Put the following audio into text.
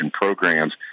programs